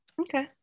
Okay